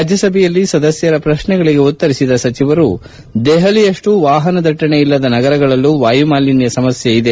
ರಾಜ್ಞಸಭೆಯಲ್ಲಿ ಸದಸ್ಯರ ಪ್ರಶ್ನೆಗಳಿಗೆ ಉತ್ತರಿಸಿದ ಸಚಿವರು ದೆಪಲಿಯಷ್ಲು ವಾಪನದಟ್ಟಣೆ ಇಲ್ಲದ ಸಗರಗಳಲ್ಲೂ ವಾಯುಮಾಲಿನ್ನ ಸಮಸ್ಥೆ ಇದೆ